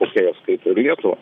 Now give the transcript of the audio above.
pusėj jos kaip ir lietuva